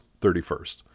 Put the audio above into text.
31st